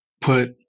put